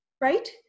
right